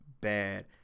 bad